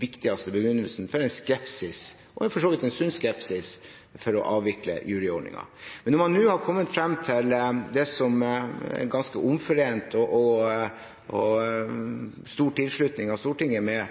viktigste begrunnelsen for skepsisen – for så vidt en sunn skepsis – mot å avvikle juryordningen. Når man nå har kommet frem til det som er ganske omforent, og som får stor tilslutning fra Stortinget,